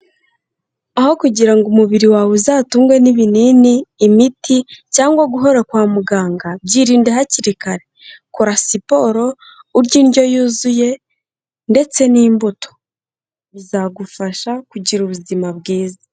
Aho kugira ngo umubiri wawe uzatungwe n'ibinini, imiti cyangwa guhora kwa muganga, byirinde hakiri kare. Kora siporo, urye indyo yuzuye, ndetse n'imbuto. Bizagufasha kugira ubuzima bwiza.